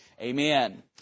Amen